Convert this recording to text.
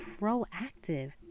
proactive